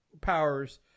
powers